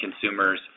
consumers